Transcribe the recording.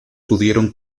pudieron